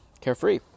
carefree